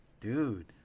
Dude